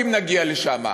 אם נגיע לשם,